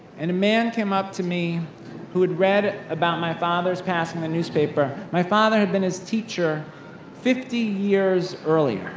and a man came up to me who had read about my father's pass in the newspaper, my father had been his teacher fifty years earlier